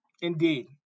Indeed